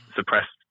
suppressed